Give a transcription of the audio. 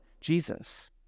Jesus